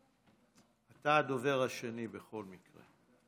אתה הדובר השני בכל מקרה.